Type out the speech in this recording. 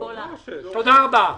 תודה רבה.